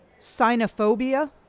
sinophobia